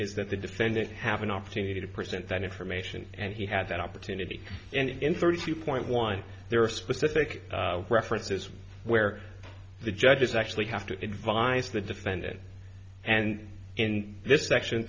is that the defendant have an opportunity to present that information and he had that opportunity in thirty two point one there are specific references where the judges actually have to advise the defendant and in this section